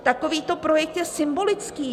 Takovýto projekt je symbolický.